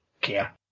care